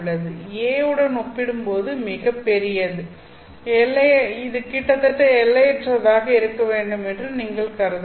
a உடன் ஒப்பிடும்போது மிகப் பெரியது இது கிட்டத்தட்ட எல்லையற்றதாக இருக்க வேண்டும் என்று நீங்கள் கருதலாம்